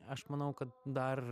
aš manau kad dar